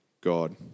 God